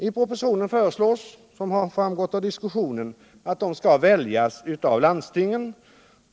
I propositionen föreslås, som framgått av diskus = Nr 55 sionen, att nämndemännen skall väljas av landstingen.